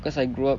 cause I grow up